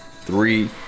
Three